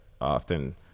often